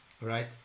right